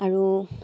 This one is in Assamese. আৰু